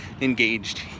engaged